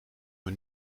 mij